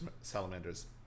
salamanders